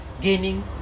gaining